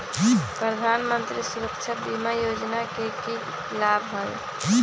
प्रधानमंत्री सुरक्षा बीमा योजना के की लाभ हई?